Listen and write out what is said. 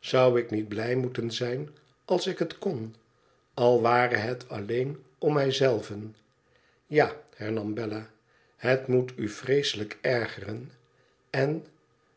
zou ik niet blij moeten zijn als ik het kon al ware het alleen om mij zelven ja hernam bella het moet u vreeselijk ergeren en